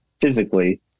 physically